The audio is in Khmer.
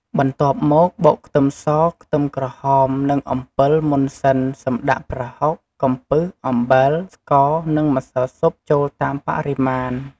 បន្ទាប់មកបុកខ្ទឹមស ខ្ទឹមក្រហម និងអំពិលមុនសិន សិមដាក់ប្រហុក កំពឹស អំបិល ស្ករ និងម្សៅស៊ុប ចូលតាមបរិមាណ។